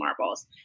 marbles